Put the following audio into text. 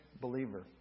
believer